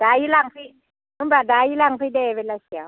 दायै लांफै होमबा दायै लांफै दे बेलासियाव